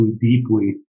deeply